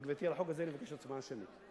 גברתי, על החוק הזה אני מבקש הצבעה שמית.